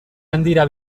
handira